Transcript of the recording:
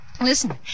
Listen